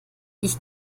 ich